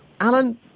Alan